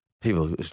people